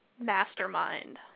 mastermind